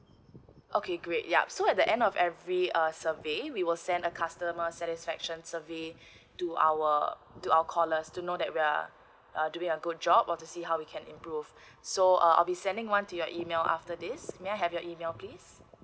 okay great yup so at the end of every ah survey we will send a customer satisfaction survey to our to our callers to know that we are uh do we do a good job or to see how we can improve so uh I'll be sending one to your email after this may I have your email please